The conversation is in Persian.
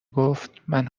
گفتمن